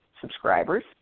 subscribers